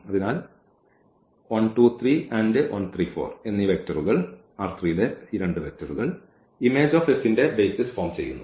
അതിനാൽ image F ന്റെ basis form ചെയ്യുന്നു